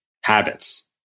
habits